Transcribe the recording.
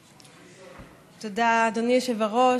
תודה, אדוני היושב-ראש.